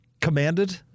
Commanded